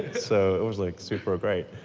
so, it was like super great.